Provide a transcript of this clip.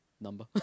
number